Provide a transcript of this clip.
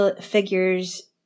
figures